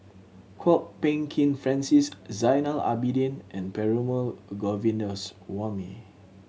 Kwok Peng Kin Francis Zainal Abidin and Perumal Govindaswamy